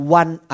one